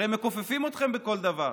הרי הם מכופפים אתכם בכל דבר.